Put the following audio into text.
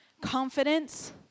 confidence